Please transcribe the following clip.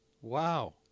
Wow